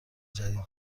جدید